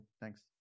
Thanks